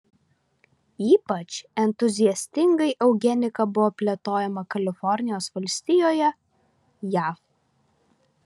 ypač entuziastingai eugenika buvo plėtojama kalifornijos valstijoje jav